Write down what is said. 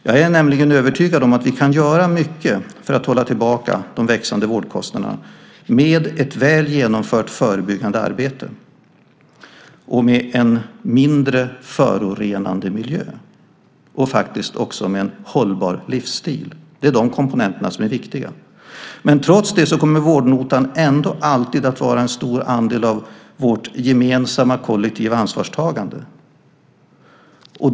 Jag är nämligen övertygad om att vi kan göra mycket för att hålla tillbaka de växande vårdkostnaderna med ett väl genomfört förebyggande arbete, med en mindre förorenad miljö och faktiskt också med en hållbar livsstil. Det är de komponenterna som är viktiga. Trots det kommer vårdnotan ändå alltid att vara en stor andel av vårt gemensamma kollektiva ansvarstagande.